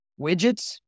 widgets